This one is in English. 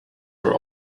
were